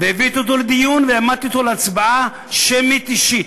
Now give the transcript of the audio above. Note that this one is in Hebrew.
והבאתי אותו לדיון והעמדתי אותו להצבעה שמית אישית.